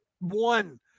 one